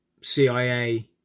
CIA